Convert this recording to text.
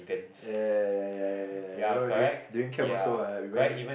ya ya ya ya ya ya remember what we doing during camp also lah we went